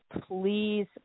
please